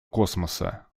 космоса